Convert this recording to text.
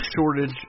shortage